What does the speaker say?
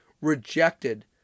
rejected